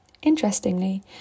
Interestingly